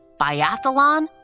biathlon